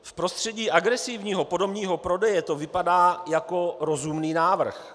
V prostředí agresivního podomního prodeje to vypadá jako rozumný návrh.